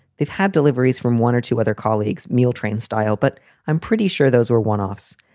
they've had deliveries from one or two other colleagues, meal train style, but i'm pretty sure those were one offs.